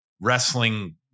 wrestling